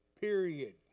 Period